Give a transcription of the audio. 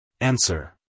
Answer